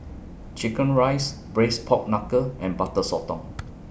Chicken Rice Braised Pork Knuckle and Butter Sotong